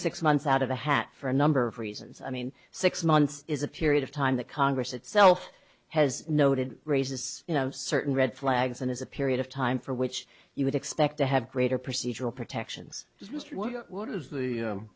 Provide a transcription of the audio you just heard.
six months out of a hat for a number of reasons i mean six months is a period of time that congress itself has noted raises you know certain red flags and is a period of time for which you would expect to have greater procedural protections just what is the